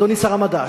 אדוני שר המדע,